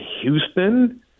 Houston